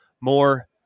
More